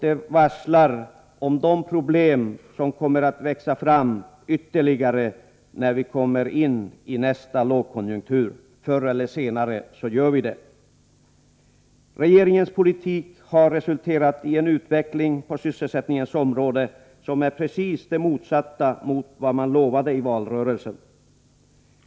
Det varslar om att ytterligare problem kommer att växa fram när vi går in i nästa lågkonjunktur — och förr eller senare gör vi det. Regeringens politik har resulterat i en utveckling på sysselsättningens område som är precis den motsatta mot vad man lovade i valrörelsen.